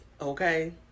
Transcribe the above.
Okay